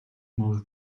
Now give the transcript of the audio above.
move